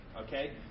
Okay